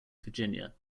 virginia